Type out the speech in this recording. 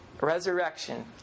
Resurrection